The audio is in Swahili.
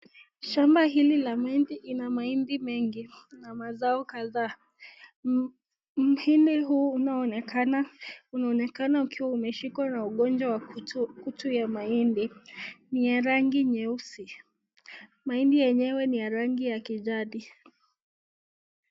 Shamba hili la mahindi ina mahindi mengi na mazao kadhaa. Mhindi huu unaonekana unaonekana ukiwa umeshikwa na ugonjwa wa kutu ya mahindi. Ni ya rangi nyeusi. Maindi yenyewe ni ya rangi ya kijani.